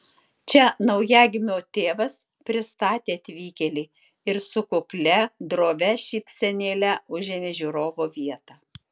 čia naujagimio tėvas pristatė atvykėlį ir su kuklia drovia šypsenėle užėmė žiūrovo vietą